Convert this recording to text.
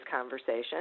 conversation